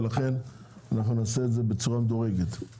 ולכן אנחנו נעשה את זה בצורה מדורגת.